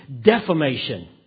defamation